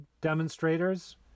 demonstrators